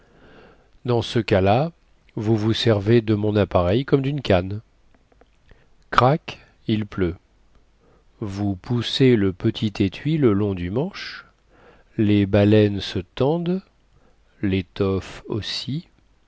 dans ce cas-là vous vous servez de mon appareil comme dune canne crac il pleut vous poussez le petit étui le long du manche les baleines se tendent létoffe aussi